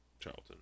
charlton